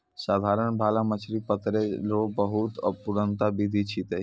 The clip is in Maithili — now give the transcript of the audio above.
साधारण भाला मछली पकड़ै रो बहुते पुरनका बिधि छिकै